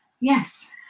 Yes